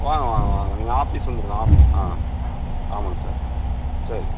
வாங்க வாங்க வாங்க நீங்கள் ஆஃபிஸ் வந்திருங்க ஆஃப் ஆ ஆமாங்க சார் சரி